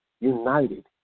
united